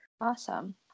Awesome